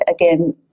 again